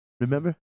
remember